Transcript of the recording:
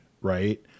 right